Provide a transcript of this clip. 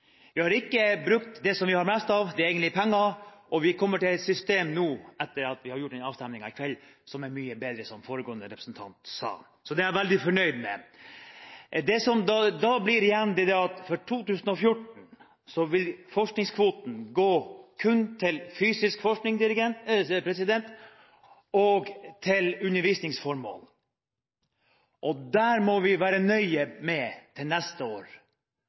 Vi har ikke brukt det vi egentlig har mest av, penger, og vi får et system nå, etter avstemningen i kveld, som er mye bedre, som foregående representant sa. Det er jeg veldig fornøyd med. Det som da står igjen, er at forskningskvoten for 2014 kun vil gå til fysisk forskning og undervisningsformål. Til neste år må vi være nøye med hvordan vi gjør det. Det er ca. 19 opplæringsinstitusjoner i Norge som mottar kvote til